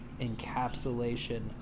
encapsulation